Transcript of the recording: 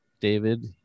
David